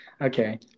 Okay